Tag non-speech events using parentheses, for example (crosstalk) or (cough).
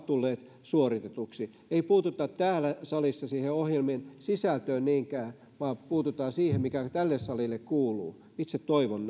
(unintelligible) tulleet suoritetuiksi ei puututa täällä salissa siihen ohjelmien sisältöön niinkään vaan puututaan siihen mikä tälle salille kuuluu itse toivon (unintelligible)